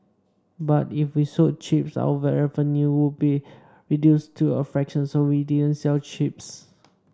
but if we sold chips our revenue would be reduced to a fraction so we didn't sell chips